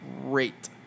great